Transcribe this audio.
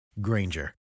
Granger